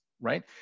right